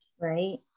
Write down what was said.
right